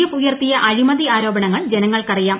F ഉയർത്തിയ അഴിമതി ആരോപണങ്ങൾ ജനങ്ങൾക്കറിയാം